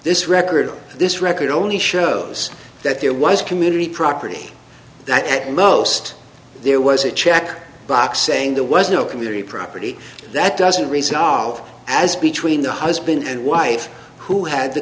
this record this record only shows that there was community property that at most there was a check box saying there was no community property that doesn't resolve as between the husband and wife who had the